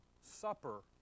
supper